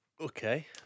Okay